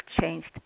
changed